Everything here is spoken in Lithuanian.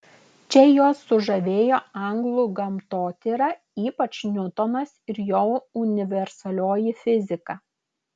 čia juos sužavėjo anglų gamtotyra ypač niutonas ir jo universalioji fizika